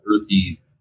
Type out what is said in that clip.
earthy